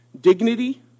dignity